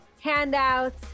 handouts